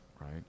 right